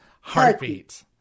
Heartbeat